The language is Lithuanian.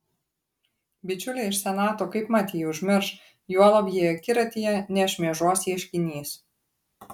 bičiuliai iš senato kaipmat jį užmirš juolab jei akiratyje nešmėžuos ieškinys